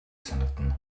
санагдана